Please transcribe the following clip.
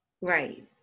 right